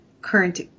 current